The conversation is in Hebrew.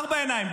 בארבע עיניים,